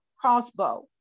crossbow